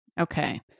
okay